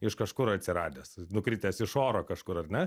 iš kažkur atsiradęs jis nukritęs iš oro kažkur ar ne